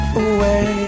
away